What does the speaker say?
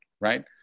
right